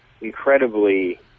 incredibly